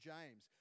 James